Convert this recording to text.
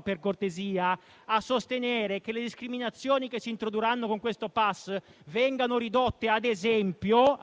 per cortesia in Europa a sostenere che le discriminazioni che si introdurranno con questo *pass* vengano ridotte, ad esempio